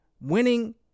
Winning